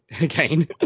again